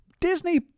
Disney